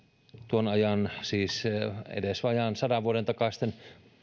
tuon ajan siis vajaan sadan vuoden takaisten